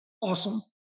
awesome